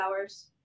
hours